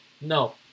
No